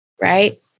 right